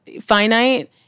finite